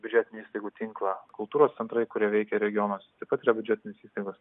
biudžetinių įstaigų tinklą kultūros centrai kurie veikia regionuose taip pat yra biudžetinės įstaigos